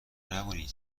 نبینی